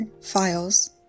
files